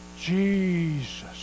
jesus